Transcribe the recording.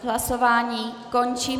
Hlasování končím.